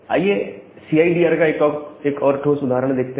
आइए CIDR एक और ठोस उदाहरण देखते हैं